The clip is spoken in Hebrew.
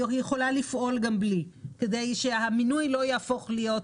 היא יכולה לפעול גם בלי כדי שהמינוי לא יהפוך להיות